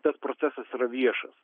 tas procesas yra viešas